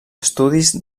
estudis